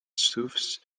tufts